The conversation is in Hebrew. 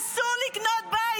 אסור לקנות בית,